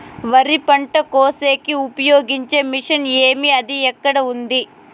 వరి పంట కోసేకి ఉపయోగించే మిషన్ ఏమి అది ఎక్కడ ఉంది?